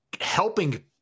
helping